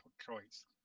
choice